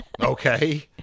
Okay